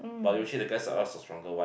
but usually the guys will ask for stronger one